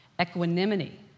equanimity